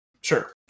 sure